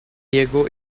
diego